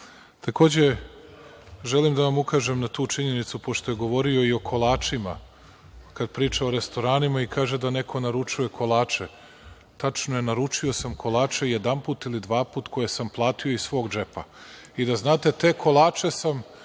želim da vam ukažem na tu činjenicu, pošto je govorio i o kolačima kad priča o restoranima i kaže da neko naručuje kolače, tačno je, naručio sam kolače jedanput ili dvaput, koje sam platio iz svog džepa. Da znate, te kolače sam